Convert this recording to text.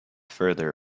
farther